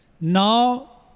Now